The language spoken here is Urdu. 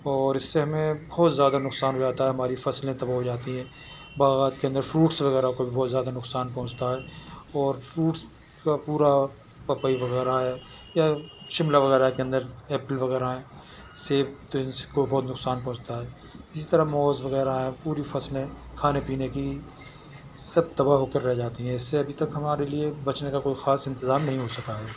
اور اس سے ہمیں بہت زیادہ نقصان ہو جاتا ہے ہماری فصلیں تباہ ہو جاتی ہیں باغات کے اندر فروٹس وغیرہ کو بھی بہت زیادہ نقصان پہنچتا ہے اور فروٹس کا پورا پپئی وغیرہ ہے یا شملا وغیرہ کے اندر ایپل وغیرہ ہیں سیب تو ان کو بہت نقصان پہنچتا ہے جس طرح موز وغیرہ ہیں پوری فصلیں کھانے پینے کی سب تباہ ہو کر رہ جاتی ہیں اس سے ابھی تک ہمارے لیے بچنے کا کوئی خاص انتظام نہیں ہو سکا ہے